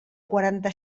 quaranta